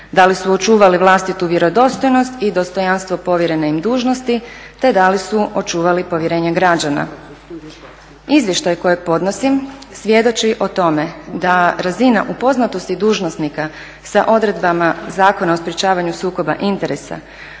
da li su očuvali vlastitu vjerodostojnost i dostojanstvo povjerene im dužnosti te da li su očuvali povjerenje građana. Izvještaj kojeg podnosim svjedoči o tome da razina upoznatosti dužnosnika sa odredbama Zakona o sprječavanju sukoba interesa